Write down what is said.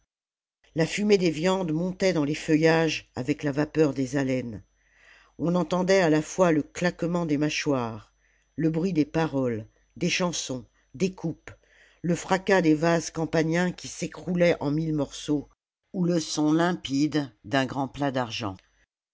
la fumée des viandes montait dans les feuillages avec la vapeur des haleines on entendait à la fois le claquement des mâchoires le bruit des paroles des chansons des coupes le fracas des vases campaniens qui s'écroulaient en mille morceaux ou le son limpide d'un grand plat d'argent